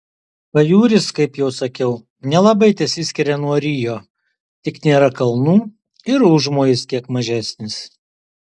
pajūris kaip jau sakiau nelabai tesiskiria nuo rio tik nėra kalnų ir užmojis kiek mažesnis